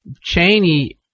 Cheney